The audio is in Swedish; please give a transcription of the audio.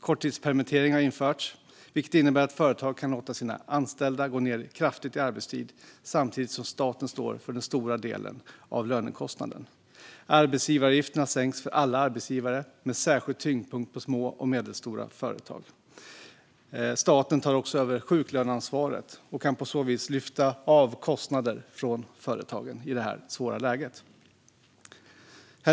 Korttidspermitteringar har införts, vilket innebär att företag kan låta sina anställda gå ned kraftigt i arbetstid samtidigt som staten står för den stora delen av lönekostnaden. Arbetsgivaravgifterna har sänkts för alla arbetsgivare, med särskild tyngdpunkt på små och medelstora företag. Staten tar också över sjuklöneansvaret och kan på så vis lyfta kostnader från företagen i detta svåra läge.